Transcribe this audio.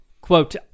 Quote